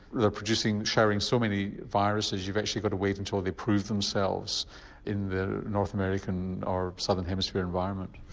they're producing, sharing so many viruses you've actually got to wait until they prove themselves in the north american or southern hemisphere environment?